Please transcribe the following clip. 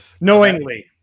Knowingly